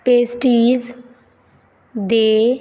pastries ਦੇ